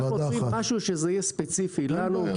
אנחנו רוצים משהו שיהיה ספציפי לנו,